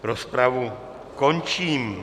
Rozpravu končím.